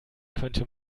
könnte